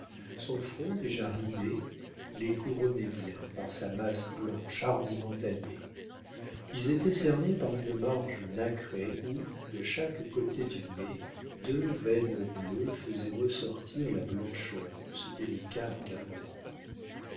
son front déjà ridé les couronnait bien par sa masse blanche hardiment taillée ils étaient cernés par une marge nacrée où de chaque côté du nez deux veines bleues faisaient ressortir la blancheur de ce délicat encadrement